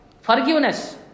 Forgiveness